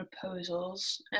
proposals